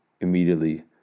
immediately